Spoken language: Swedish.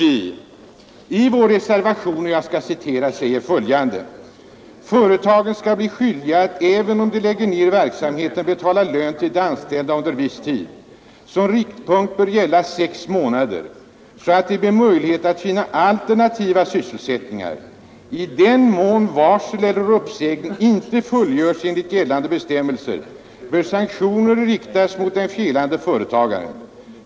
I vår reservation till inrikesutskottets betänkande nr 12 i år säger vi följande: ”Företagen skall bli skyldiga att även om de lägger ned verksamheten betala lön till anställda under viss tid — som riktpunkt bör gälla sex månader — så att det blir möjligt att finna alternativa sysselsättningar. I den mån varsel eller uppsägning inte fullgörs enligt gällande bestämmelser bör sanktioner riktas mot den felande företagaren.